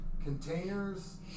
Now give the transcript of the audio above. containers